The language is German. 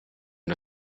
der